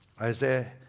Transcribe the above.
Isaiah